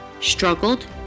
struggled